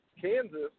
Kansas